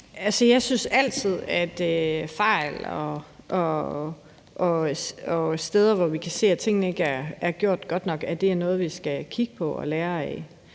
jeg synes altid, at fejl og steder, hvor vi kan se, at tingene ikke er gjort godt nok, er noget, vi skal kigge på og lære af.